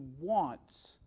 wants